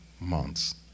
months